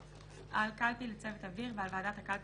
(ה)על קלפי לצוות אוויר ועל ועדת הקלפי